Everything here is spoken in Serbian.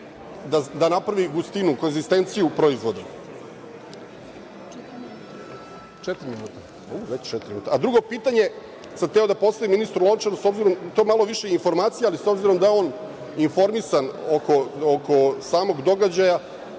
da napravi gustinu, kozistenciju proizvoda. **Goran Pekarski** Drugo pitanje sam hteo da postavim ministru Lončaru. To je malo više informacija, ali s obzirom da je on informisan oko samog događaja,